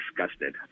disgusted